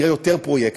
נראה יותר פרויקטים.